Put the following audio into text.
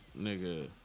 Nigga